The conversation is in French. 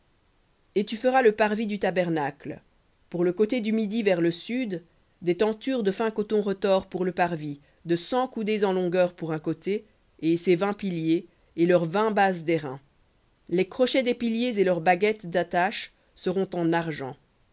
et tu feras le parvis du tabernacle pour le côté du midi vers le sud des tentures de fin coton retors pour le parvis de cent coudées en longueur pour un côté et ses vingt piliers et leurs vingt bases d'airain les crochets des piliers et leurs baguettes d'attache seront en argent